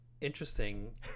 interesting